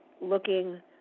looking